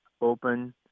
open